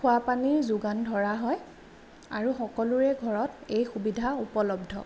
খোৱা পানীৰ যোগান ধৰা হয় আৰু সকলোৰে ঘৰত এই সুবিধা উপলব্ধ